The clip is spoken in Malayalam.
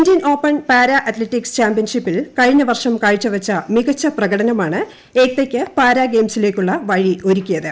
ഇന്ത്യൻ ഓപ്പൺ പാര അത്ലറ്റിക്സ് ചാമ്പ്യൻഷിപ്പിൽ കഴിഞ്ഞ വർഷം കാഴ്ചവെച്ച മികച്ച പ്രകടനമാണ് ഏക്തയ്ക്ക് പാരാഗെയിംസിലേക്കുള്ള വഴി ഒരുക്കിയത്